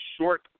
short